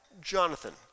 Jonathan